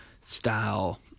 style